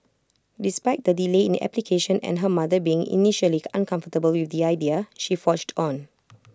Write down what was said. despite the delay in application and her mother being initially uncomfortable with the idea she forged on